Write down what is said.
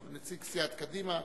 נציג סיעת קדימה.